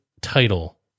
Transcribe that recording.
title